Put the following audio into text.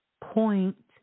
point